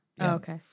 Okay